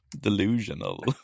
delusional